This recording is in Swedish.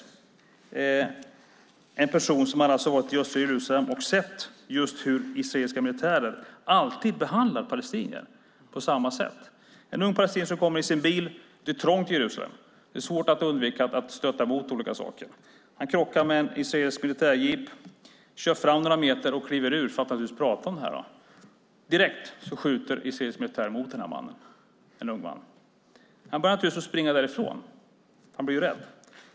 Det var en person som hade varit i östra Jerusalem och sett hur israeliska militärer alltid behandlar palestinier på samma sätt. En ung palestinier kommer i sin bil. Det är trångt i Jerusalem och svårt att undvika att stöta emot saker. Han krockar med en israelisk militärjeep. Han kör fram några meter och kliver naturligtvis ur för att prata om detta. Direkt skjuter israelisk militär mot den unge mannen. Han börjar naturligtvis springa därifrån. Han blir ju rädd.